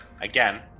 Again